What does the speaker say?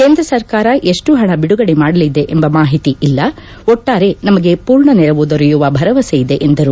ಕೇಂದ್ರ ಸರ್ಕಾರ ಎಷ್ಟು ಹಣ ಬಿಡುಗಡೆ ಮಾಡಲಿದೆ ಎಂಬ ಮಾಹಿತಿ ಇಲ್ಲ ಒಟ್ಲಾರೆ ನಮಗೆ ಸಂಪೂರ್ಣ ನೆರವು ದೊರೆಯುವ ಭರವಸೆಯಿದೆ ಎಂದರು